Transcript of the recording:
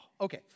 okay